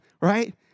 right